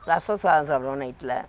ரசம் சாதம் சாப்பிடுவோம் நைட்டில்